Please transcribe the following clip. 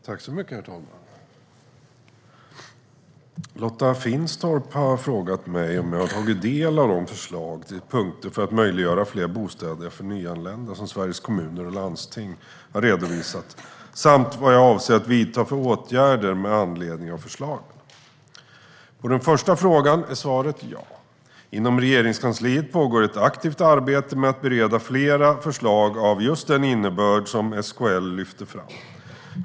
Herr talman! Lotta Finstorp har frågat mig om jag har tagit del av de förslag till punkter för att möjliggöra fler bostäder för nyanlända som Sveriges Kommuner och Landsting, SKL, har redovisat samt vad jag avser att vidta för åtgärder med anledning av förslagen. På den första frågan är svaret ja. Inom Regeringskansliet pågår ett aktivt arbete med att bereda flera förslag av just den innebörd som SKL lyfter fram.